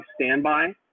standby